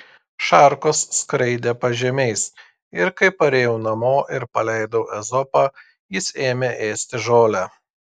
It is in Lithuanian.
šarkos skraidė pažemiais ir kai parėjau namo ir paleidau ezopą jis ėmė ėsti žolę